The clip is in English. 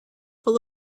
full